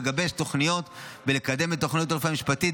לגבש תוכניות ולקדם את תחום הרפואה המשפטית.